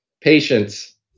Patience